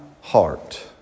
heart